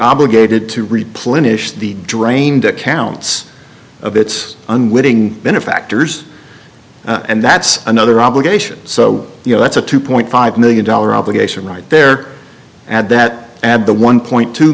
obligated to replenish the drained accounts of its unwitting benefactors and that's another obligation so you know that's a two point five million dollar obligation right there at that at the one point two